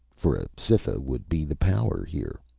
for a cytha would be the power here.